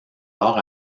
alors